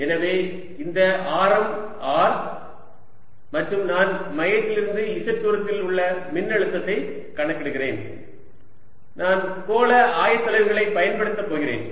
எனவே இந்த ஆரம் R மற்றும் நான் மையத்திலிருந்து z தூரத்தில் உள்ள மின்னழுத்தத்தைக் கணக்கிடுகிறேன் நான் கோள ஆயத்தொலைவுகளைப் பயன்படுத்தப் போகிறேன்